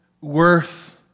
worth